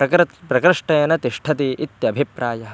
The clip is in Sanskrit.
प्रकृत् प्रकृष्टेन तिष्ठति इत्यभिप्रायः